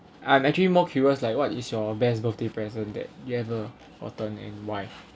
I'm actually more curious like what is your best birthday present that you ever gotten and why